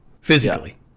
physically